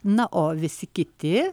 na o visi kiti